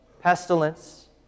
pestilence